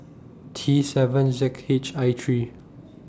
T seven Z H I three